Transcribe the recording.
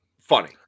funny